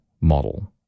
model